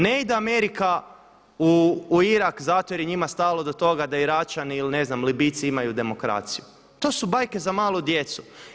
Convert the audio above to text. Ne ide Amerika u Irak zato jer je njima stalo do toga da Iračani ili ne znam Libijci imaju demokraciju, to su bajke za malu djecu.